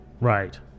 Right